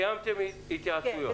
קיימתם התייעצויות.